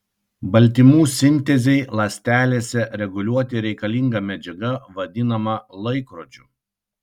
baltymų sintezei ląstelėse reguliuoti reikalinga medžiaga vadinama laikrodžiu